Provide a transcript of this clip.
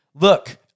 Look